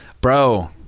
Bro